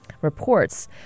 reports